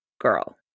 girl